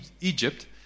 Egypt